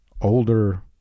older